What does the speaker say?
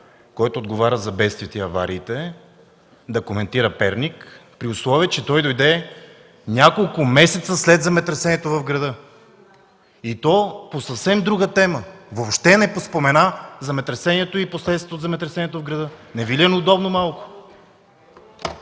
който отговаря за бедствията и авариите, да коментира Перник, при условие че той дойде няколко месеца след земетресението в града, и то по съвсем друга тема. Въобще не спомена земетресението и последствията от земетресението в града. Не Ви ли е малко